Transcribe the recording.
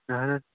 اَہن حظ